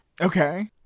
Okay